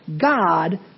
God